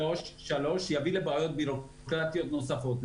דבר שלישי, זה יביא לבעיות ביורוקרטיות נוספות.